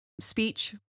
speech